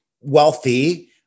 wealthy